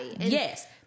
yes